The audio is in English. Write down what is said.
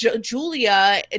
Julia